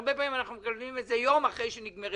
הרבה פעמים אנחנו מקבלים את זה יום אחרי שנגמרת